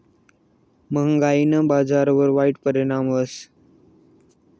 म्हागायीना बजारवर वाईट परिणाम व्हस